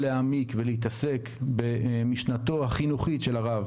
שיש בהתעסקות במשנתו החינוכית של הרב